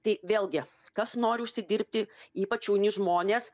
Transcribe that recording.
tai vėlgi kas nori užsidirbti ypač jauni žmonės